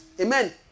Amen